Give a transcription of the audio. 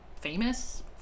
famous